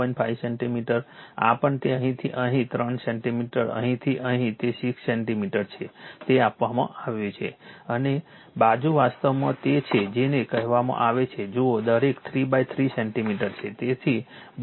5 centimetre આ પણ તે અહીંથી અહીં 3 સેન્ટિમીટર અહીંથી અહીં તે 6 સેન્ટિમીટર છે તે આપવામાં આવ્યું છે અને બાજુ વાસ્તવમાં તે છે જેની કહેવામાં આવે છે બાજુઓ દરેક 3 3 સેન્ટિમીટર છે